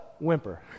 whimper